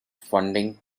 funding